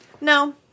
no